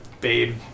Babe